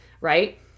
right